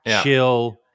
chill